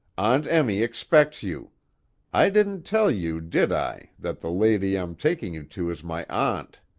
aunt emmy expects you i didn't tell you, did i, that the lady i'm taking you to is my aunt?